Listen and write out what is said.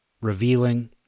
revealing